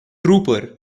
trooper